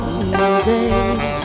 easy